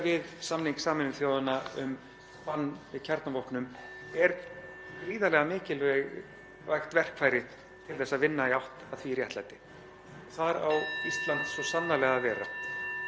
Þar á Ísland svo sannarlega að vera og ég vona, herra forseti, að ríkisstjórn Katrínar Jakobsdóttur láti af þeirri vitleysu að hunsa þennan samning.